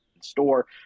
store